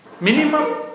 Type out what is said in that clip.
minimum